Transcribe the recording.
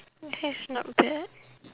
that's not bad